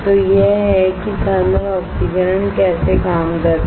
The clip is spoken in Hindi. तो यह है कि थर्मल ऑक्सीकरण कैसे काम करता है